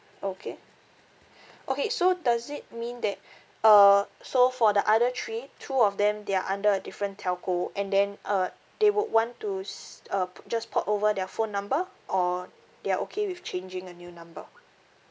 okay okay so does it mean that uh so for the other three two of them they are under a different telco and then uh they would want to s~ uh p~ just port over their phone number or they are okay with changing a new number